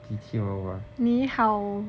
齐齐娃娃